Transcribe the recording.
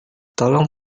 tolong